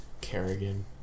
Kerrigan